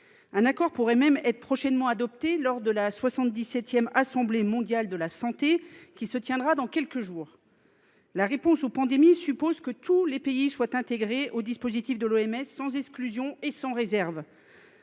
Un accord pourrait même être prochainement adopté lors de la 77 Assemblée mondiale de la santé, qui se tiendra dans quelques jours. La réponse aux pandémies suppose que tous les pays soient intégrés aux dispositifs de l’OMS, sans exclusion et sans réserve.